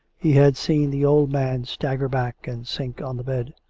he had seen the old man stagger back and sink on the bed.